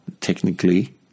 technically